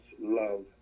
love